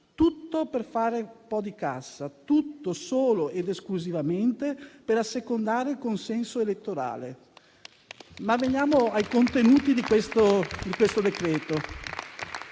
Tutto per fare un po' di cassa, tutto solo ed esclusivamente per assecondare il consenso elettorale. Veniamo ai contenuti di questo decreto-legge: